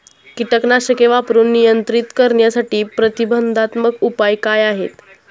कीटकनाशके वापरून नियंत्रित करण्यासाठी प्रतिबंधात्मक उपाय काय आहेत?